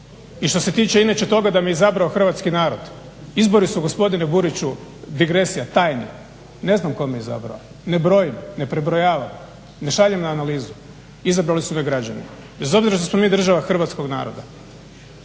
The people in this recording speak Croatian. I što se tiče inače toga da me izabrao hrvatski narod, izbori su gospodine Buriću digresija tajne. Ne znam tko me izabrao, ne brojim, ne prebrojavam, ne šaljem na analizu. Izabrali su me građani. Bez obzira što smo mi država hrvatskog naroda